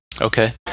Okay